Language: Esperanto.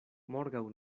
morgaŭ